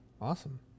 awesome